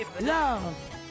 love